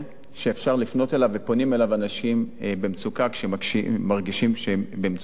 ואפשר לפנות אליו ופונים אליו אנשים במצוקה כשהם מרגישים שהם במצוקה.